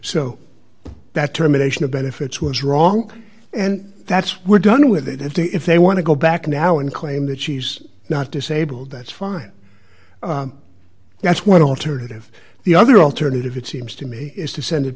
so that terminations benefits was wrong and that's we're done with it if they want to go back now and claim that she's not disabled that's fine that's one alternative the other alternative it seems to me is to send it